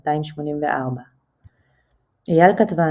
237–284. אייל כתבן,